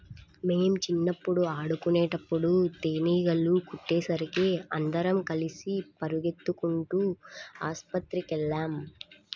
మేం చిన్నప్పుడు ఆడుకునేటప్పుడు తేనీగలు కుట్టేసరికి అందరం కలిసి పెరిగెత్తుకుంటూ ఆస్పత్రికెళ్ళాం